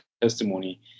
testimony